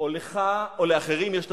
או לך או לאחרים יש הזכות.